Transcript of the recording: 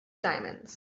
diamonds